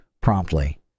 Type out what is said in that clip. promptly